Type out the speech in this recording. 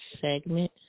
segment